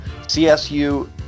CSU